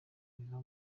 biva